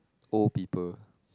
old people